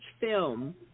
film